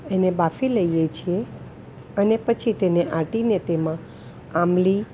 એને બાફી લઈએ છીએ અને પછી તેને આંટીને તેમાં આંબલી